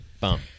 Boom